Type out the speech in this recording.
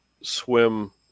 swim